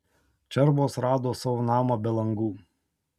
čerbos rado savo namą be langų